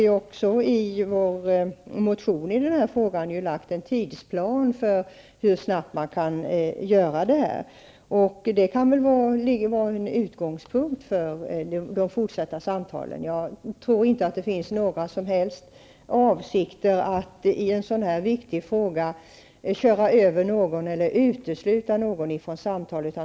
I den motion som vi har väckt i den här frågan finns det en tidsplan för hur snabbt det går att göra detta. Det kan rimligen vara en utgångspunkt för fortsatta samtal i dessa sammanhang. Jag tror inte alls att avsikten i denna viktiga fråga är att köra över någon eller utesluta någon från samtal.